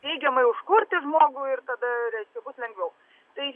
teigiamai užkurti žmogų ir tada bus lengviau tai